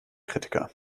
kritiker